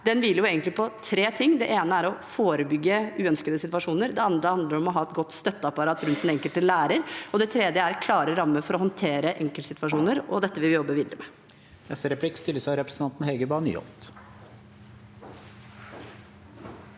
Det hviler på tre ting: Det ene er å forebygge uønskede situasjoner, det andre handler om å ha et godt støtteapparat rundt den enkelte lærer, og det tredje er klare rammer for å håndtere enkeltsituasjoner. Dette vil vi jobbe videre med.